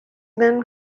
gone